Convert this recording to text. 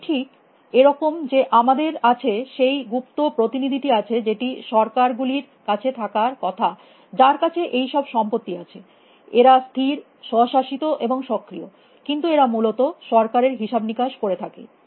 এটি ঠিক এরকম যে আমাদের কাছে সেই গুপ্ত প্রতিনিধিটি আছে যেটি সরকার গুলির কাছে থাকার কথা যার কাছে এই সব সম্পত্তি আছে এরা স্থির স্ব শাসিত এবং সক্রিয় কিন্তু এরা মূলত সরকারের হিসাব নিকাস করে থাকে